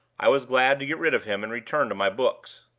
i was glad to get rid of him and return to my books.